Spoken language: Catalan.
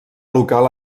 local